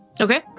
Okay